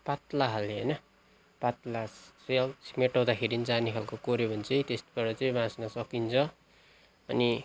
पात्लाखाले होइन पात्ला मेट्टाउँदाखेरि पनि जाने खालको कोऱ्यो भने चाहिँ त्यसबाट चाहिँ बाँच्न सकिन्छ अनि